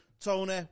Tony